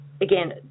again